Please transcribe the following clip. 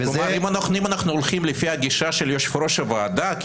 אם אנחנו הולכים עם הגישה של יושב-ראש הוועדה,